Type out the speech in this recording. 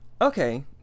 Okay